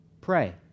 pray